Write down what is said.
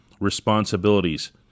responsibilities